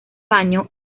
baño